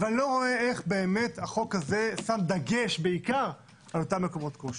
ואני לא רואה איך החוק הזה שם דגש בעיקר על אותם מקומות קושי.